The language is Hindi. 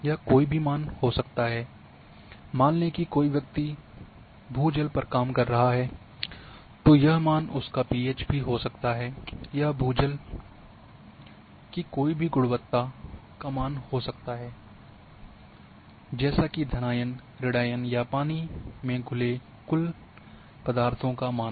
यह कोई भी मान हो सकता है मान लें कि कोई व्यक्ति भू जल पर काम कर रहा है तो यह मान उसका पी एच भी हो सकता है यह भू जल की कोई भी गुणवत्ता का मान हो सकता है जैसे कि धनायन ॠणायन या पानी कुल घुले हुए पदार्थ का मान